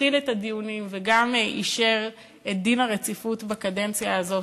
התחיל את הדיונים וגם אישר את החלת דין הרציפות בקדנציה הזאת.